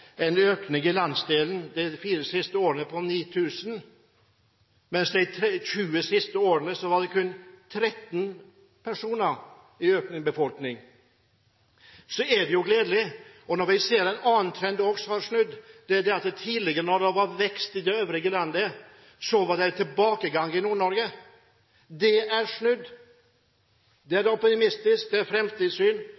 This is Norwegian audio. en økning i landsdelen de fire siste årene på 9 000 personer, mens det de 20 siste årene var kun 13 personer i befolkningsøkning, er det gledelig. Vi ser også en annen trend som har snudd: Tidligere, når det var vekst i landet for øvrig, var det en tilbakegang i Nord-Norge. Den er snudd. Det er